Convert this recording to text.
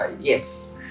yes